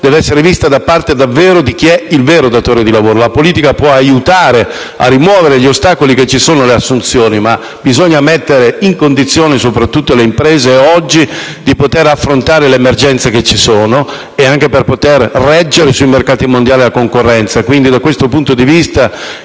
deve essere vista da parte di chi è il vero datore di lavoro: la politica può aiutare a rimuovere gli ostacoli che ci sono alle assunzioni, ma oggi bisogna mettere in condizione soprattutto le imprese di affrontare le emergenze che ci sono, anche per poter reggere la concorrenza sui mercati mondiali. Da questo punto di vista,